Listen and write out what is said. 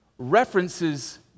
references